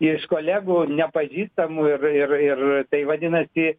iš kolegų nepažįstamų ir ir ir tai vadinasi